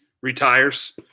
retires